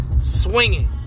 swinging